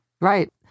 Right